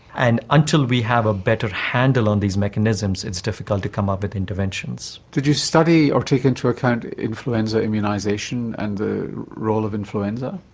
and until we have a better handle on these mechanisms, it's difficult to come up with interventions. did you study or take into account influenza immunisation and the role of influenza?